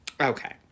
Okay